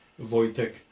Wojtek